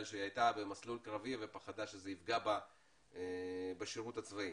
שהייתה במסלול קרבי ופחדה שזה יפגע בה בשירות הצבאי.